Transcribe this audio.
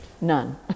None